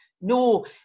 no